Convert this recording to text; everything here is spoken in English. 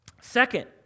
Second